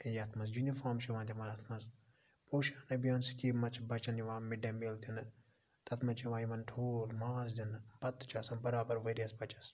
یتھ مَنٛز یوٗنِفارم چھِ یِوان یِمَن اتھ مَنٛز پوشَن ابیان سکیٖم مَنٛز چھِ بَچَن یِوان مِڈ ڈے میٖل دِنہٕ تتھ مَنٛز چھ یِوان یِمَن ٹھوٗل ماز دِنہٕ بَتہٕ چھُ آسان بَرابر ؤریَس بَچَس